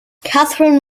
catherine